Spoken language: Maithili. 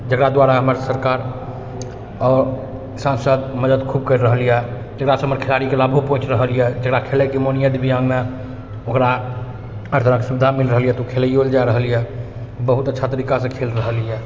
जकरा द्वारा हमर सरकार आओर सांसद मदद खूब करि रहल अइ जकरासँ हमर खिलाड़ी लाभो पहुँच रहल अइ जकरा खेलैके मोन अइ दिव्याङ्गमे ओकरा हर तरहके सुविधा मिल रहल अइ तऽ ओ खेलैओ लऽ जा रहल अइ बहुत अच्छा तरीकासँ खेल रहल अइ